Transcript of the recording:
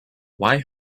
why